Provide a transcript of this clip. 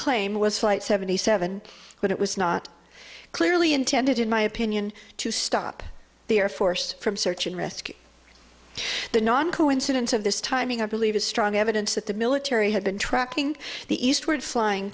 claim was flight seventy seven but it was not clearly intended in my opinion to stop the air force from search and rescue the non coincidence of this timing i believe is strong evidence that the military had been tracking the eastward flying